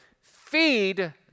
feed